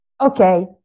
Okay